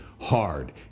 hard